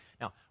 Now